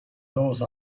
those